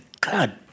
God